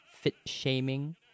fit-shaming